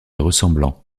ressemblant